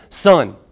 Son